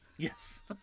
Yes